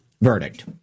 verdict